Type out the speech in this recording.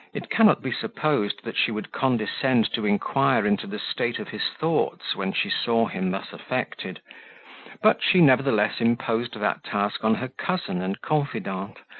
it cannot be supposed that she would condescend to inquire into the state of his thoughts when she saw him thus affected but she, nevertheless, imposed that task on her cousin and confidant,